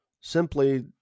simply